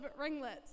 ringlets